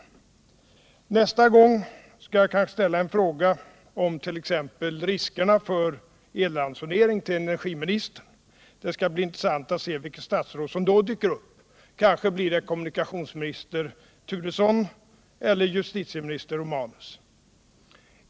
131 Nästa gång skall jag kanske ställa en fråga om t.ex. riskerna för elransonering till energiministern. Det skall bli intressant att se vilket statsråd som då dyker upp. Kanske blir det kommunikationsminister Turesson eller justitieminister Romanus.